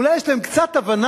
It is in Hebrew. אולי יש להם קצת הבנה,